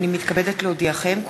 הנני מתכבדת להודיעכם,